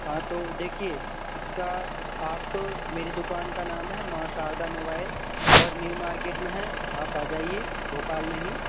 हाँ तो देखिए इसका आप मेरी दुकान का नाम है माँ शारदा मोबाइल और न्यू मार्केट में है आप आ जाइए भोपाल में ही